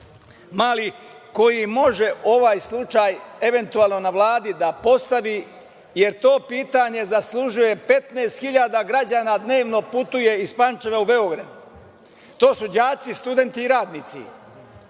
Mali, koji može ovaj slučaj, eventualno, na Vladi da postavi jer to pitanje zaslužuje, 15.000 građana dnevno putuje iz Pančeva u Beograd, to su đaci, studenti i radnici. Prema